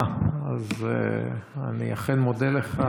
אני מודה לך,